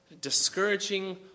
discouraging